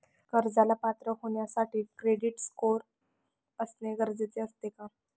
कर्जाला पात्र होण्यासाठी क्रेडिट स्कोअर असणे गरजेचे असते का?